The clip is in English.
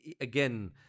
Again